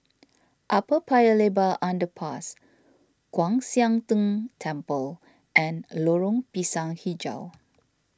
Upper Paya Lebar Underpass Kwan Siang Tng Temple and Lorong Pisang HiJau